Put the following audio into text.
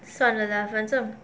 算了吧反正